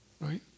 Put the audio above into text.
Right